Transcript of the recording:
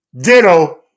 Ditto